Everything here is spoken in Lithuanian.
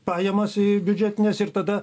pajamas į biudžetines ir tada